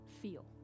feel